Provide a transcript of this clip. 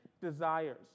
desires